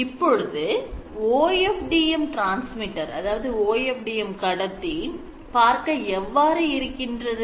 இப்பொழுது OFDM transmitterOFDM கடத்தி பார்க்க எவ்வாறு இருக்கின்றது